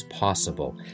possible—